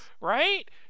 right